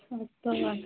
ହଁ ତ